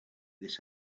this